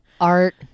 art